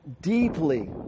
deeply